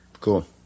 Cool